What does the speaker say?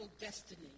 destiny